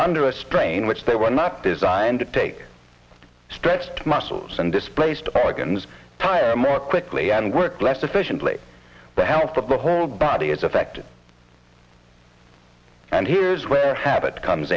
under a strain which they were not designed to take stretched muscles and displaced organs tire more quickly and work less efficiently the health of the whole body is affected and here is where habit comes